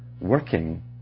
working